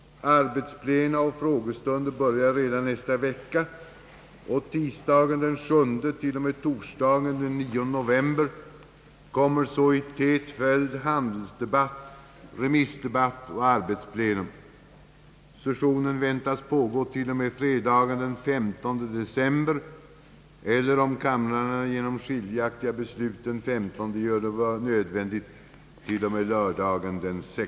Arbetsplena och frågestunder börjar redan nästa vecka, och tisdagen den 7—torsdagen den 9 november kommer så i tät följd handelsdebatt, re missdebatt och arbetsplenum. Sessionen väntas pågå t.o.m. fredagen den 15 december, eller, om kamrarna genom skiljaktiga beslut den 15 gör det nödvändigt, t.o.m. lördagen den 16. Undertecknad anhåller om ledighet från riksdagsarbetet till och med den 20 oktober för fullbordande av utrikes resa.